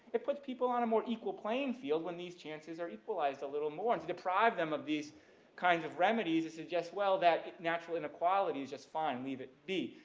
it puts people on a more equal playing field when these chances are equalized a little more and to deprive them of these kinds of remedies it suggests well that natural inequality is just fine, leave it be.